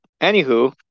anywho